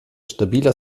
stabiler